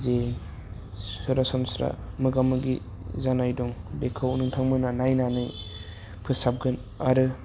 जे सरासनस्रा मोगा मोगि जानाय दं बेखौ नोंथांमोना नायनानै फोसाबगोन आरो